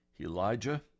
Elijah